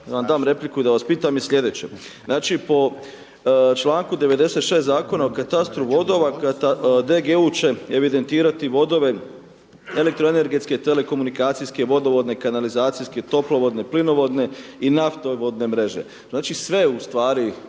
da vam dam repliku i da vas pitam je slijedeće, znači po članku 96. Zakona o katastru vodova DGU će evidentirati vodove elektroenergetske, telekomunikacijske, vodovodne, kanalizacijske, toplovodne, plinovodne i naftovodne mreže. Znači sve ustvari